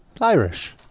Irish